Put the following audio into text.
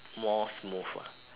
more smooth ah